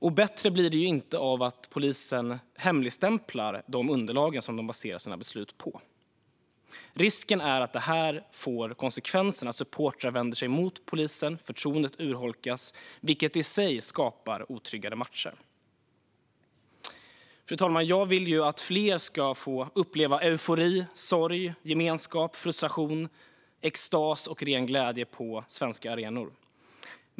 Och bättre blir det ju inte av att polisen hemligstämplar de underlag som de baserar sina beslut på. Risken är att detta får konsekvensen att supportrar vänder sig mot polisen, att förtroendet urholkas, vilket i sig skapar otryggare matcher. Fru talman! Jag vill ju att fler ska få uppleva eufori, sorg, gemenskap, frustration, extas och ren glädje på svenska arenor.